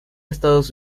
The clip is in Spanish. estados